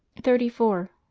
thirty four.